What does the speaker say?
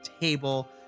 table